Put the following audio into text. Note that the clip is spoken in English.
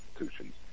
institutions